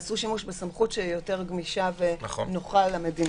יעשו שימוש בסמכות שהיא יותר גמישה ונוחה למדינה.